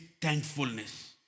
thankfulness